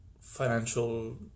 financial